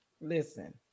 Listen